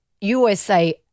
USA